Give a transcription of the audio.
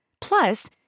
Plus